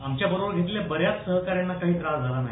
आमच्या बरोबर घेतलेल्या बऱ्याच सहकाऱ्यांना काही त्रास झाला नाही